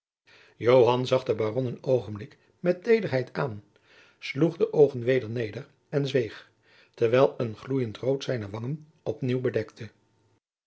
zag den baron een oogenblik met tederheid aan sloeg de oogen weder neder en zweeg terwijl een gloeiend rood zijne wangen op nieuw bedekte